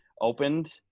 opened